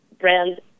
brand